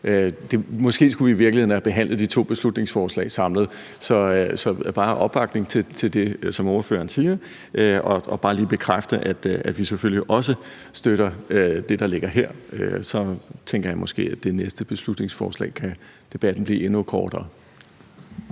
Måske skulle vi i virkeligheden have behandlet de to beslutningsforslag samlet. Så jeg vil bare komme med opbakning til det, som ordføreren siger, og lige bekræfte, at vi selvfølgelig også støtter det, der ligger her. Så tænker jeg, at debatten ved det næste beslutningsforslag måske kan blive endnu kortere.